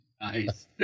Nice